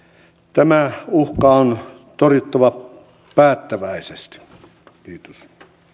tämä uhka on torjuttava päättäväisesti kiitos